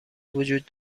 وجود